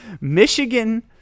Michigan